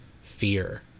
fear